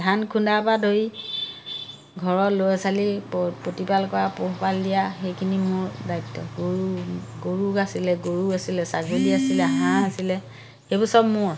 ধান খুন্দাৰ পৰা ধৰি ঘৰৰ ল'ৰা ছোৱালী প্ৰতিপাল কৰা পোহপাল দিয়া সেইখিনি মোৰ দায়িত্ব গৰু গৰুক আছিলে গৰু আছিলে ছাগলী আছিলে হাঁহ আছিলে সেইবোৰ চব মোৰ